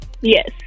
Yes